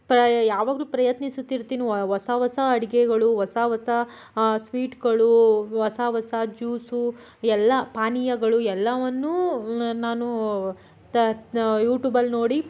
ಪ್ರಯ ಯಾವಾಗಲೂ ಪ್ರಯತ್ನಿಸುತ್ತಿರ್ತೀನಿ ಹೊಸ ಹೊಸ ಅಡುಗೆಗಳು ಹೊಸ ಹೊಸ ಸ್ವೀಟುಗಳೂ ಹೊಸ ಹೊಸ ಜ್ಯೂಸು ಎಲ್ಲ ಪಾನೀಯಗಳು ಎಲ್ಲವನ್ನೂ ನಾನು ತ ಯೂಟೂಬಲ್ಲಿ ನೋಡಿ